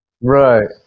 Right